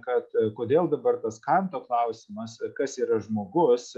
kad kodėl dabar kas kanto klausimas kas yra žmogus